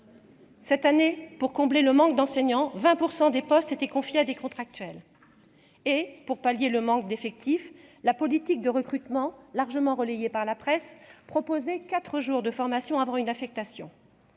Cette année, pour combler le manque d'enseignants, 20 % des postes étaient confiée à des contractuels et pour pallier le manque d'effectifs, la politique de recrutement largement relayée par la presse proposé 4 jours de formation avant une affectation